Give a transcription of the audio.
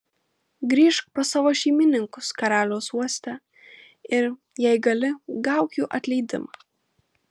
grįžk pas savo šeimininkus karaliaus uoste ir jei gali gauk jų atleidimą